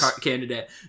candidate